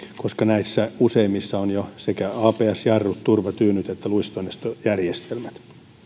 koska näissä useimmissa on jo sekä abs jarrut turvatyynyt että luistonestojärjestelmät